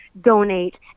donate